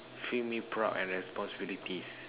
feel me proud and responsibilities